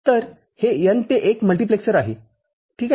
तर हे n ते १ मल्टिप्लेक्सर आहे ठीक आहे